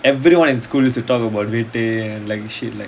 everyone in school use to talk about like shit like